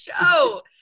show